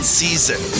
season